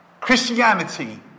Christianity